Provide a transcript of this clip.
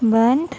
बंद